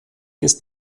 ist